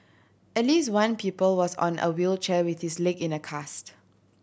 at least one people was on a wheelchair with his leg in a cast